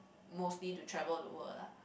mostly to travel the world lah